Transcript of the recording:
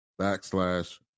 backslash